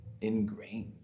ingrained